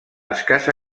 escassa